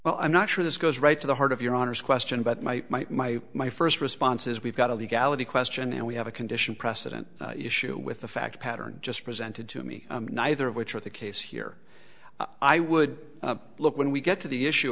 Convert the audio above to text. well i'm not sure this goes right to the heart of your honor's question but my my my my first response is we've got a legality question and we have a condition precedent issue with the fact pattern just presented to me neither of which are the case here i would look when we get to the issue